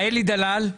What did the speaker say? אלי דלל.